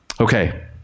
Okay